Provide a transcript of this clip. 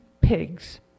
pigs